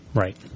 Right